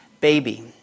baby